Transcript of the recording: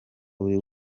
buri